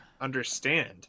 understand